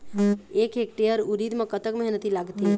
एक हेक्टेयर उरीद म कतक मेहनती लागथे?